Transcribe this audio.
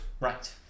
Right